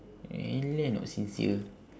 eleh not sincere